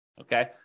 okay